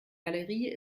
galerie